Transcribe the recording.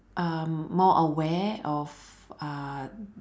um more aware of uh